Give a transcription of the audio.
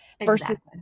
versus